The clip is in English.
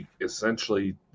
essentially